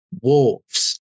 wolves